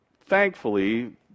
thankfully